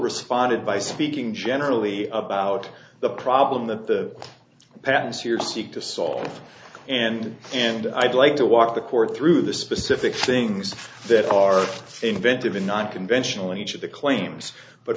responded by speaking generally about the problem that the patents your seek to solve and and i'd like to walk the court through the specific things that are inventive in non conventional in each of the claims but